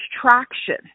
traction